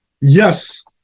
yes